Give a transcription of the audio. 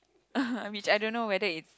which I don't know whether it's